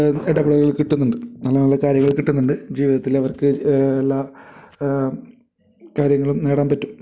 ഇടപെടലുകൾ കിട്ടുന്നുണ്ട് നല്ല നല്ല കാര്യങ്ങൾ കിട്ടുന്നുണ്ട് ജീവിതത്തിൽ അവർക്ക് എല്ലാ കാര്യങ്ങളും നേടാൻ പറ്റും